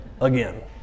again